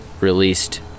released